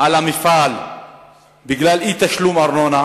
על המפעל בגלל אי-תשלום ארנונה,